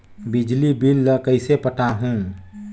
बिजली बिल ल कइसे पटाहूं?